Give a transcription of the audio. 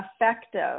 effective